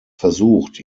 versucht